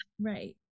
right